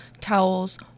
towels